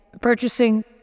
purchasing